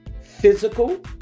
Physical